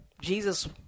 Jesus